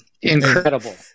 Incredible